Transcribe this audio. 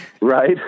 Right